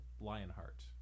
Lionheart